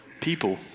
people